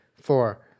four